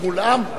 הוא מולאם?